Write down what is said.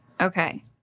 Okay